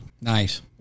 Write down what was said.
nice